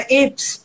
apes